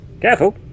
careful